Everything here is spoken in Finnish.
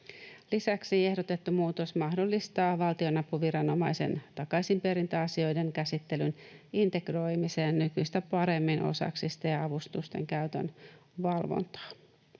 Lisäksi ehdotettu muutos mahdollistaa valtionapuviranomaisen takaisinperintäasioiden käsittelyn integroimisen nykyistä paremmin osaksi STEA-avustusten käytön valvontaa.